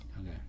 Okay